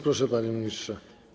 Proszę, panie ministrze.